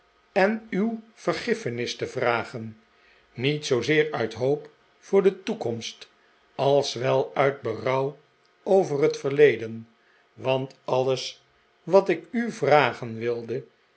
en uw vergiffenis te vragen niet zoozeer uit hoop voor de toekomst als wel uit berouw over het verleden want alles wat ik u vragen wilde